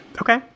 Okay